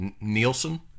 Nielsen